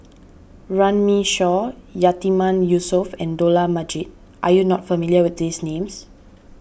Runme Shaw Yatiman Yusof and Dollah Majid are you not familiar with these names